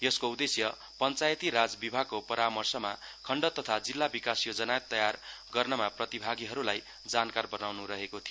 यसको उद्देश्य पञ्चायती राज विभागको परामर्षमा खण्ड तथा जिल्ला विकास योजना तयार गर्नमा प्रतिभागिहरूलाई जानकार बनाउन् रहेको थियो